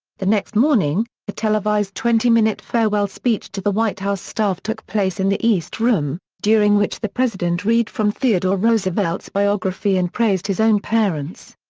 the next morning, a televised twenty minute farewell speech to the white house staff took place in the east room, during which the president read from theodore roosevelt's biography and praised his own parents.